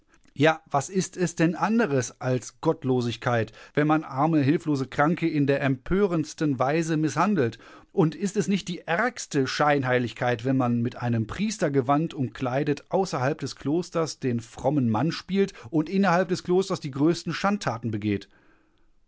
ja was ist es denn anderes als gottlosigkeit wenn man arme hilflose kranke in der empörendsten weise mißhandelt und ist es nicht die ärgste scheinheiligkeit wenn man mit einem priestergewand umkleidet außerhalb des klosters den frommen mann spielt und innerhalb des klosters die größten schandtaten begeht